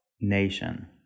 nation